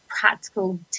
practical